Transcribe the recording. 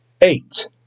Eight